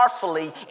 powerfully